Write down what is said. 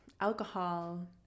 alcohol